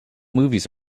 movies